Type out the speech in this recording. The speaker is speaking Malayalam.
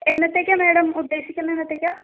എന്നത്തേയ്ക്കാണ് മേഡം ഉദ്ദേശിക്കുന്നത് എന്നത്തേയ്ക്കാണ്